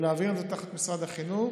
להעביר את זה תחת משרד החינוך.